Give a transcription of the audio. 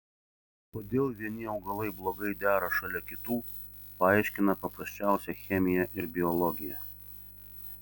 kodėl vieni augalai blogai dera šalia kitų paaiškina paprasčiausia chemija ir biologija